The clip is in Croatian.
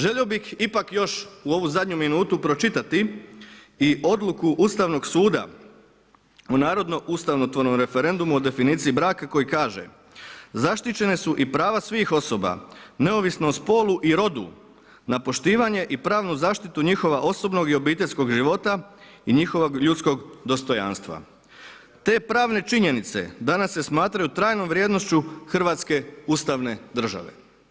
Želio bih ipak još u ovu zadnju minutu pročitati i odluku Ustavnog suda u narodno ustavotvornom referendumu o definiciji braka koji kaže „Zaštićena su i prava svih osoba neovisno o spolu i rodu na poštivanje i pravnu zaštitu njihova osobnog i obiteljskog života i njihovog ljudskog dostojanstva.“ Te pravne činjenice danas se smatraju trajnom vrijednošću hrvatske ustavne države.